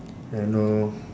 and know